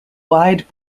wide